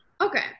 Okay